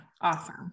Awesome